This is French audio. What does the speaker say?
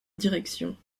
direction